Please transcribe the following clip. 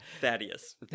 Thaddeus